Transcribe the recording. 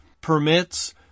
permits